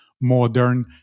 modern